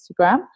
Instagram